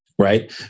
right